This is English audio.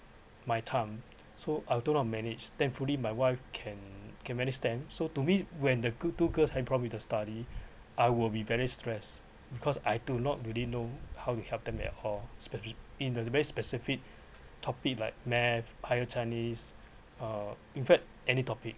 my time so I'll don’t know to manage thankfully my wife can can manage them so to me when the two girls having problem with their study I will be very stress because I do not really know how to help them at hall especially in a very specific topic like math bio chinese uh in fact any topic